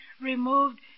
removed